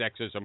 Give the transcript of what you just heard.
sexism